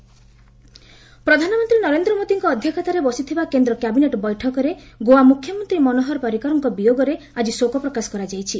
cabinet Parrikar ପ୍ରଧାନମନ୍ତ୍ରୀ ନରେନ୍ଦ୍ର ମୋଦିଙ୍କ ଅଧ୍ୟକ୍ଷତାରେ ବସିଥିବା କେନ୍ଦ୍ର କ୍ୟାବିବେଟ୍ ବୈଠକରେ ଗୋଆ ମୁଖ୍ୟମନ୍ତ୍ରୀ ମନୋହର ପାରିକରଙ୍କ ବିୟୋଗରେ ଆଜି ଶୋକପ୍ରକାଶ କରାଯାଇଛି